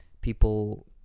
people